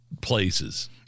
places